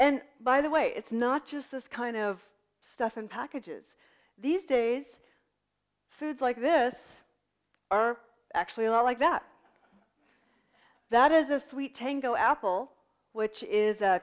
and by the way it's not just this kind of stuff and packages these days foods like this are actually a lot like that that is the sweet tango apple which is